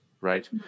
right